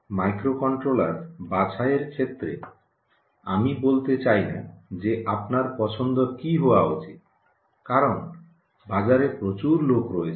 microcontroller বাছাইয়ের ক্ষেত্রে আমি বলতে চাই না যে আপনার পছন্দটি কী হওয়া উচিত কারণ বাজারে প্রচুর লোক রয়েছে